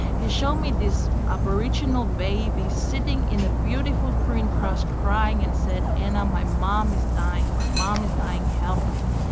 he showed me this aboriginal baby sitting in a beautiful green cross crying and said ana ah my mom is dying, my mom is dying help me.